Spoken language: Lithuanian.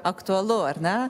aktualu ar ne